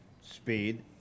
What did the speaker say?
speed